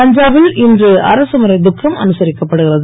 பஞ்சாபில் இன்று அரசு முறை துக்கம் அனுசரிக்கப்படுகிறது